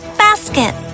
basket